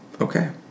Okay